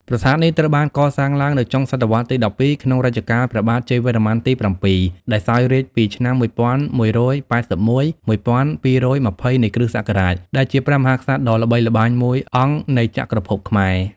ប្រាសាទនេះត្រូវបានកសាងឡើងនៅចុងសតវត្សរ៍ទី ១២ ក្នុងរជ្ជកាលព្រះបាទជ័យវរ្ម័នទី ៧ ដែលសោយរាជ្យពីឆ្នាំ ១១៨១ - ១២២០ នៃគ.ស. ដែលជាព្រះមហាក្សត្រដ៏ល្បីល្បាញមួយអង្គនៃចក្រភពខ្មែរ។